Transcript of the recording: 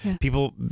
People